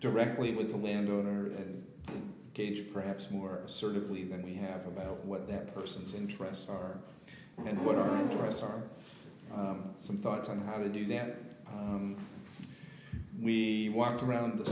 directly with the landowner gauge perhaps more assertively than we have about what that person's interests are and what our interests are some thoughts on how to do that we walked around the